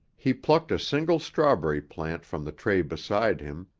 he plucked a single strawberry plant from the tray beside him,